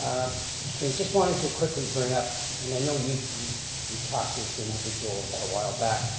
um just wanted to quickly bring up and i know you've you've talked to this individual awhile back.